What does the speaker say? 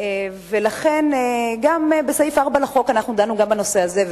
ולכן אנחנו דנו גם בנושא הזה,